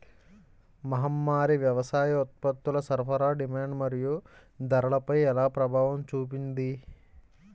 మహమ్మారి వ్యవసాయ ఉత్పత్తుల సరఫరా డిమాండ్ మరియు ధరలపై ఎలా ప్రభావం చూపింది?